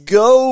go